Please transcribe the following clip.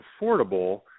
affordable